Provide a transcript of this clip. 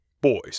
Boys